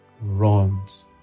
runs